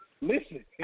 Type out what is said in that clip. listen